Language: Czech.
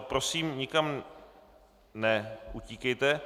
Prosím, nikam neutíkejte.